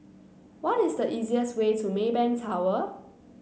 what is the easiest way to Maybank Tower